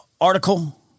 article